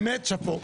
באמת שאפו,